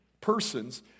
persons